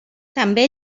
també